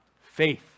faith